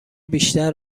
بیشتر